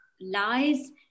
lies